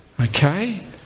Okay